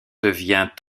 devient